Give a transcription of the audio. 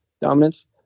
dominance